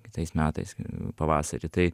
kitais metais pavasarį tai